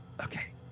Okay